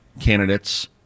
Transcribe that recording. candidates